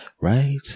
right